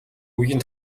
үгийн